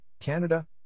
Canada